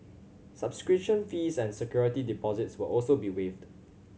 subscription fees and security deposits will also be waived